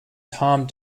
tom